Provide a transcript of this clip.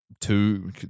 two